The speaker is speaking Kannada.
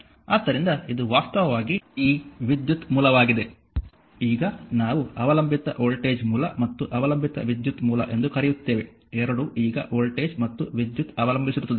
ಆದ್ದರಿಂದ ಇದು ವಾಸ್ತವವಾಗಿ ಈ ವಿದ್ಯುತ್ ಮೂಲವಾಗಿದೆ ಈಗ ನಾವು ಅವಲಂಬಿತ ವೋಲ್ಟೇಜ್ ಮೂಲ ಮತ್ತು ಅವಲಂಬಿತ ವಿದ್ಯುತ್ ಮೂಲ ಎಂದು ಕರೆಯುತ್ತೇವೆ ಎರಡೂ ಈಗ ವೋಲ್ಟೇಜ್ ಅಥವಾ ವಿದ್ಯುತ್ ಅವಲಂಬಿಸಿರುತ್ತದೆ